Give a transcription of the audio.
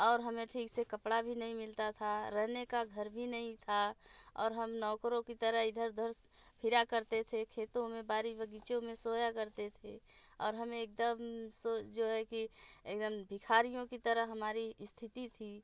और हमें ठीक से कपड़ा भी नहीं मिलता था रहने का घर भी नहीं था और हम नौकरों की तरह इधर उधर फिरा करते थे खेतों में बाड़ी बग़ीचों में सोया करते थे और हमें एक दम से जो है कि एक दम भिखारियों की तरह हमारी स्थिति थी